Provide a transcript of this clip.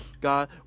God